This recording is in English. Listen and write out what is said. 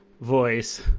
voice